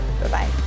Bye-bye